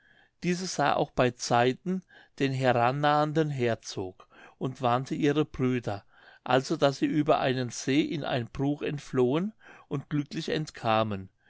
diese sah auch bei zeiten den herannahenden herzog und warnte ihre brüder also daß sie über einen see in ein bruch entflohen und glücklich entkamen